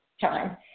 time